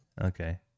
Okay